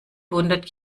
hundert